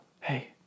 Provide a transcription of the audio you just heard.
hey